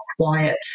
quiet